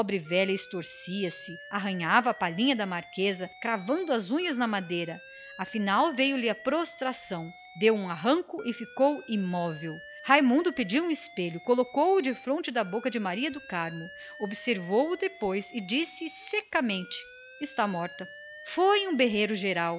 velha estorcia se arranhava a palhinha da marquesa cravando as unhas na madeira em torno dela fazia-se um silêncio aterrador afinal chegou lhe a reação deu um arranco dos pés à cabeça e ficou logo imóvel raimundo pediu um espelho colocou o defronte da boca de maria do carmo observou o depois e disse secamente está morta foi um berreiro geral